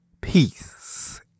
Peace